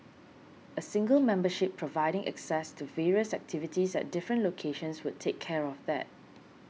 a single membership providing access to various activities at different locations would take care of that